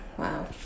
Wow